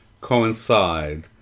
coincide